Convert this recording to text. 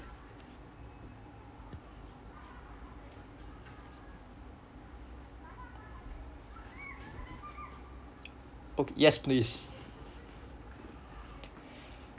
yes please